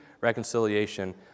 reconciliation